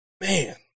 Man